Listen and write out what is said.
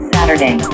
Saturday